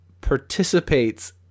participates